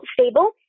stable